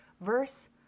verse